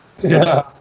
Yes